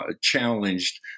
challenged